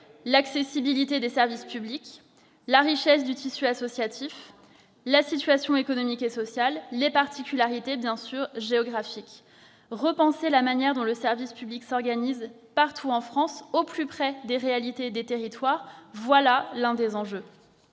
l'accessibilité des services publics, la richesse du tissu associatif, la situation économique et sociale, les particularités géographiques. Repenser la manière dont le service public s'organise partout en France, au plus près des réalités des territoires, voilà l'un des enjeux.